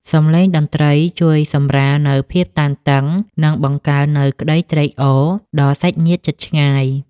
សំឡេងតន្ត្រីជួយសម្រាលនូវភាពតានតឹង និងបង្កើននូវក្ដីត្រេកអរដល់សាច់ញាតិជិតឆ្ងាយ។